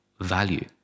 value